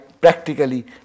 practically